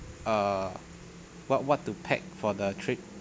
uh what what to pack for the trip